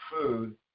food